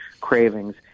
cravings